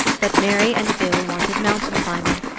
but mary and bill wanted mountain-climbing,